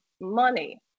money